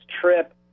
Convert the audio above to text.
trip